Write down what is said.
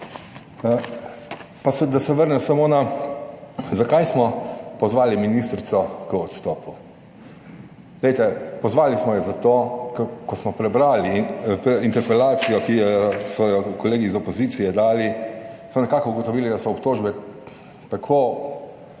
da se vrnem samo na, zakaj smo pozvali ministrico k odstopu. Glejte, pozvali smo jo zato, ko smo prebrali interpelacijo, ki so jo kolegi iz opozicije dali, smo nekako ugotovili, da so obtožbe tako,